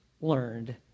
learned